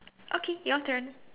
okay your turn